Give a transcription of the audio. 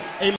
Amen